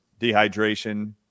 dehydration